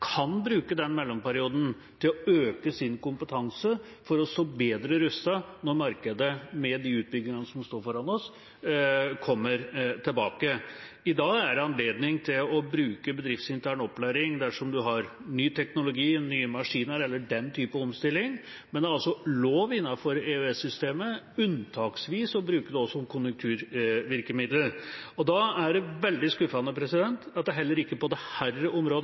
kan bruke den mellomperioden til å øke sin kompetanse for å stå bedre rustet når markedet – med de utbyggingene som står foran oss – kommer tilbake. I dag er det anledning til å bruke bedriftsintern opplæring dersom en har ny teknologi, nye maskiner eller den type omstilling, men det er altså lov innenfor EØS-systemet unntaksvis å bruke det også som konjunkturvirkemiddel. Da er det veldig skuffende at heller ikke på dette området